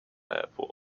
airport